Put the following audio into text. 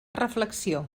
reflexió